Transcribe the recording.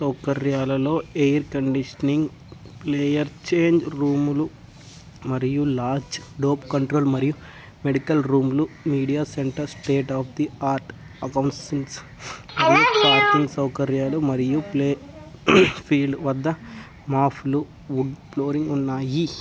సౌకర్యాలలో air conditioning player change రూమ్లు మరియు lounge dope control మరియు మెడికల్ రూమ్లు media centre state of the art acoustics మరియు పార్కింగ్ సౌకర్యాలు మరియు ప్లే ఫీల్డ్ వద్ద మాఫుల్ వుడ్ ఫ్లోరింగ్ ఉన్నాయి